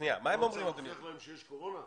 הוא אומר שהוא רוצה את הכסף ולוקח אותו.